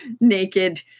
naked